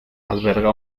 alberga